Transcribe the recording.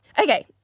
Okay